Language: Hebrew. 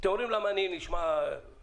אתם רואים למה אני נשמע --- צודק.